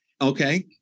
Okay